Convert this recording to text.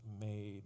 made